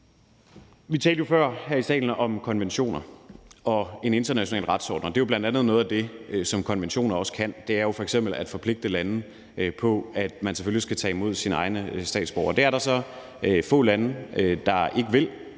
Vi talte jo før her i salen om konventioner og en international retsorden, og noget af det, som konventioner også kan, er f.eks. at forpligte lande på, at man selvfølgelig skal tage imod sine egne statsborgere. Det er der så få lande der ikke vil,